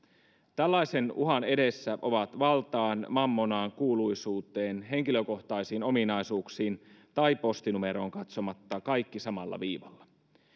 tällaisen uhan edessä ihmiset ovat valtaan mammonaan kuuluisuuteen henkilökohtaisiin ominaisuuksiin tai postinumeroon katsomatta kaikki samalla viivalla